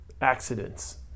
accidents